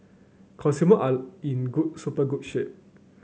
consumer are in good super good shape